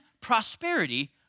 prosperity